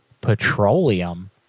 Petroleum